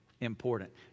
important